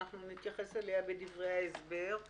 שנתייחס אליה בדברי ההסבר,